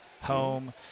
Home